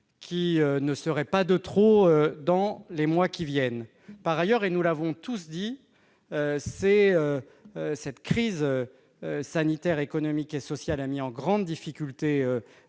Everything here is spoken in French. qui ne seront pas de trop dans les mois qui viennent. Par ailleurs, nous l'avons tous dit, l'actuelle crise sanitaire, économique et sociale a mis en grande difficulté